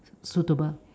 suitable